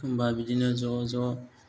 एखनबा बिदिनो ज' ज'